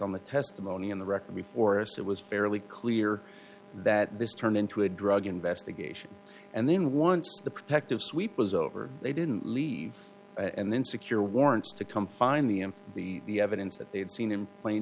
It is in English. on the testimony in the record before us it was fairly clear that this turned into a drug investigation and then once the protective sweep was over they didn't leave and then secure warrants to come find the him the evidence that they had seen in plain